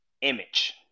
image